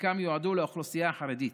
שחלקן יועדו לאוכלוסייה החרדית.